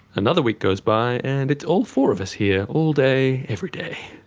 another week goes by and it's all four of us here, all day, every day.